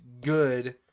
good